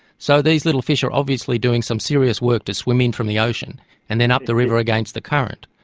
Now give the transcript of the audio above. so these little fish are obviously doing some serious work to swim in from the ocean and then up the river against the current.